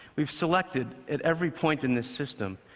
we've selected, at every point in this system,